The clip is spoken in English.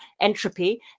entropy